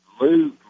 Lou